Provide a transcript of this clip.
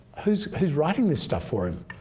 who's who's writing this stuff for him?